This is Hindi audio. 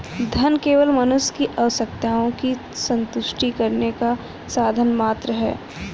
धन केवल मनुष्य की आवश्यकताओं की संतुष्टि करने का साधन मात्र है